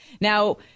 Now